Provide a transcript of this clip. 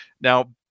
now